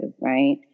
right